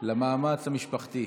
למאמץ המשפחתי.